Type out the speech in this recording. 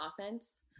offense